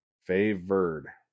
Favored